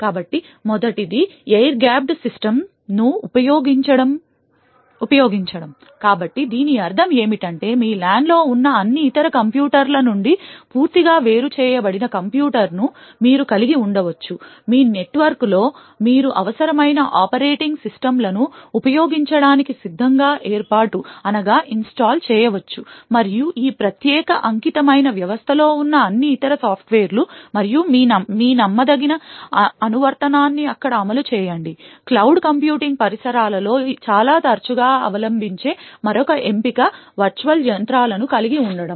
కాబట్టి మొదటిది air gapped సిస్టమ్స్ను ఉపయోగించడం కాబట్టి దీని అర్థం ఏమిటంటే మీ LAN లో ఉన్న అన్ని ఇతర కంప్యూటర్ల నుండి పూర్తిగా వేరుచేయబడిన కంప్యూటర్ను మీరు కలిగి ఉండవచ్చు మీ నెట్వర్క్లో మీరు అవసరమైన ఆపరేటింగ్ సిస్టమ్లను ఉపయోగించటానికి సిద్ధంగా ఏర్పాటు చేయవచ్చు మరియు ఈ ప్రత్యేక అంకితమైన వ్యవస్థలో ఉన్న అన్ని ఇతర సాఫ్ట్వేర్లు మరియు మీ నమ్మదగని అనువర్తనాన్ని అక్కడ అమలు చేయండి క్లౌడ్ కంప్యూటింగ్ పరిసరాలలో చాలా తరచుగా అవలంబించే మరొక ఎంపిక వర్చువల్ యంత్రాలను కలిగి ఉండటం